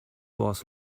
was